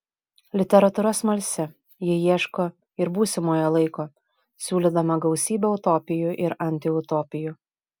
literatūra smalsi ji ieško ir būsimojo laiko siūlydama gausybę utopijų ir antiutopijų